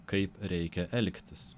kaip reikia elgtis